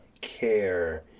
care